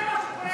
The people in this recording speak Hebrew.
זה מה שקורה.